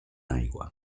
aigua